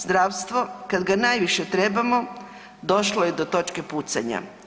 Zdravstvo kad ga najviše trebamo došlo je do točke pucanja.